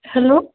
hello